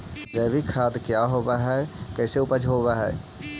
जैविक खाद क्या होब हाय कैसे उपज हो ब्हाय?